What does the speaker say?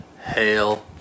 hail